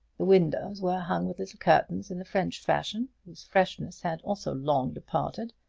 the windows were hung with little curtains in the french fashion, whose freshness had also long departed.